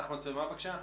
בבקשה.